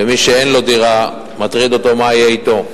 ומי שאין לו דירה, מטריד אותו מה יהיה אתו.